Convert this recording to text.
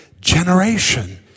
generation